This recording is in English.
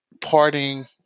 parting